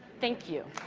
thank you.